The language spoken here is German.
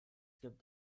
gibt